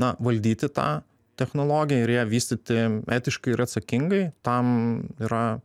na valdyti tą technologiją ir ją vystyti etiškai ir atsakingai tam yra